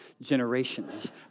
generations